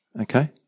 Okay